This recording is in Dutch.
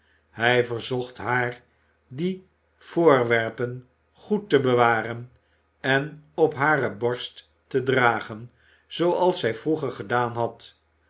hij verzocht haar die voorwerpen goed te bewaren en op hare borst te dragen zooals zij vroeger gedaan had